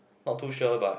not too sure but